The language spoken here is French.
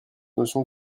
notion